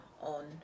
on